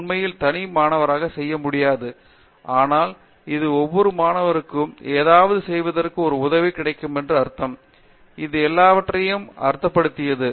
உண்மையில் தனி மாணவராக செய்ய முடியாது ஆனால் அது ஒவ்வொரு மாணவருக்கும் ஏதாவது செய்வதற்கு ஒரு உதவி கிடைக்குமென்று அர்த்தம் அது எல்லாவற்றையும் அர்த்தப்படுத்தியது